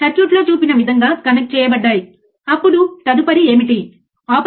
circuit ఎలా connect చేయబడిందో చిత్రంలో చూపబడింది